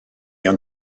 ond